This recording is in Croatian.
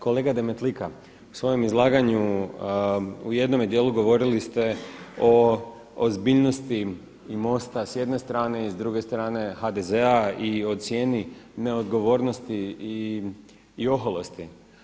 Kolega DEmetlika u svojem izlaganju u jednome dijelu govorili ste o ozbiljnosti i MOST-a s jedne strane i s druge strane HDZ-a i o cijeni neodgovornosti i oholosti.